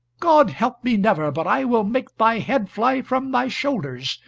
god help me never, but i will make thy head fly from thy shoulders,